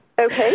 Okay